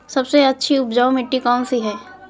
सबसे अच्छी उपजाऊ मिट्टी कौन सी है?